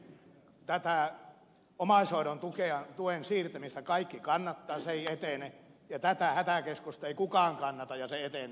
tätä omaishoidon tuen siirtämistä kaikki kannattavat se ei etene tätä hätäkeskusta ei kukaan kannata ja se etenee siitä huolimatta